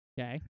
Okay